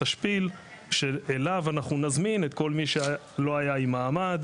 תשפיל שאליו אנחנו נזמין את כל מי שלא היה עם מעמד,